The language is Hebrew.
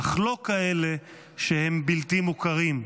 אך לא כאלה שהם בלתי מוכרים.